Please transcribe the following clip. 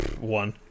one